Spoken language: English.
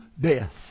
death